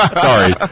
Sorry